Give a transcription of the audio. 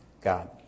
God